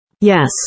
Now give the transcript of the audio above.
Yes